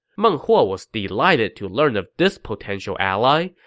meng huo was delighted to learn of this potential ally,